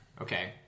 Okay